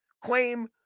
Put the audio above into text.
claim